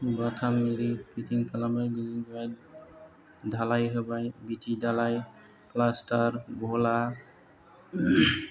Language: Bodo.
बाथाम आरि फिथिं खालामो बेनिफ्राय धालाय होबाय भिथि धालाय फ्लास्टार घला